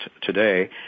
today